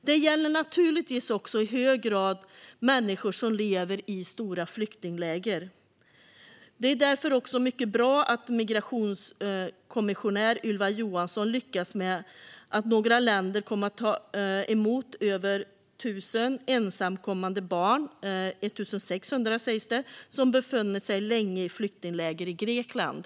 Det gäller naturligtvis också i hög grad människor som lever i stora flyktingläger. Det är därför mycket bra att migrationskommissionär Ylva Johansson lyckats med att få några länder att ta emot över 1 000 ensamkommande flyktingbarn - 1 600 sägs det - som befunnit sig länge i flyktingläger i Grekland.